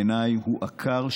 בעיניי הוא עקר,